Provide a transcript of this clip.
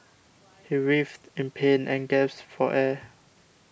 he writhed in pain and gasped for air